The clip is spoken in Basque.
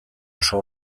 oso